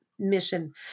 mission